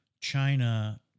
China